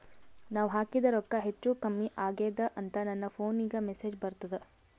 ನಾವ ಹಾಕಿದ ರೊಕ್ಕ ಹೆಚ್ಚು, ಕಮ್ಮಿ ಆಗೆದ ಅಂತ ನನ ಫೋನಿಗ ಮೆಸೇಜ್ ಬರ್ತದ?